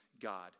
God